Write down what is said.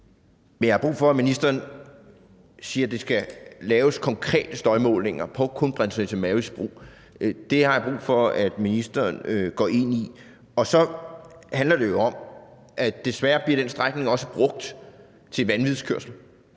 (V): Vi har brug for, at ministeren siger, at der skal laves konkrete støjmålinger på Kronprinsesse Marys Bro. Det har jeg brug for ministeren går ind i. Og så handler det jo om, at den strækning desværre også bliver brugt til vanvidskørsel.